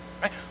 right